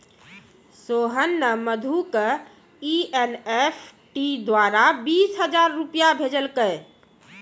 सोहन ने मधु क एन.ई.एफ.टी द्वारा बीस हजार रूपया भेजलकय